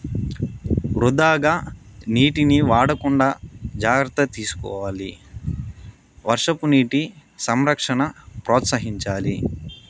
వృథాగా నీటిని వాడకుండా జాగ్రత్త తీసుకోవాలి వర్షపు నీటి సంరక్షణ ప్రోత్సహించాలి